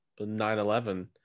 9-11